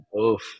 oof